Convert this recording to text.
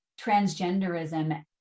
transgenderism